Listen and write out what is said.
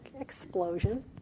explosion